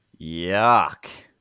Yuck